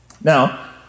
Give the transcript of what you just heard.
Now